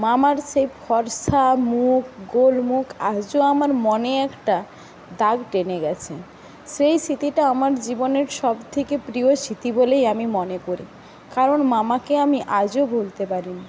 মামার সেই ফর্সা মুখ গোল মুখ আজও আমার মনে একটা দাগ টেনে গিয়েছে সেই স্মৃতিটা আমার জীবনের সবথেকে প্রিয় স্মৃতি বলেই আমি মনে করি কারণ মামাকে আমি আজও ভুলতে পারিনি